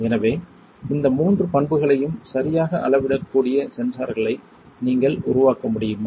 எனவே இந்த மூன்று பண்புகளையும் சரியாக அளவிடக்கூடிய சென்சார்களை நீங்கள் உருவாக்க முடியுமா